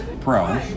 pro